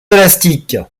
élastique